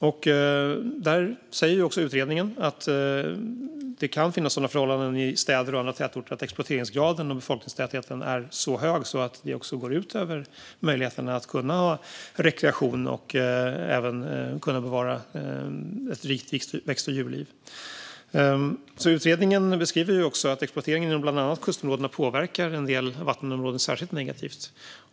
Utredningen säger att det kan finnas sådana förhållanden i städer och andra tätorter att exploateringsgraden och befolkningstätheten är så hög att den också går ut över möjligheten att få rekreation och att bevara ett rikt växt och djurliv. Utredningen beskriver också att exploateringen inom bland annat kustområdena påverkar en del vattenområden särskilt negativt.